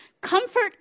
Comfort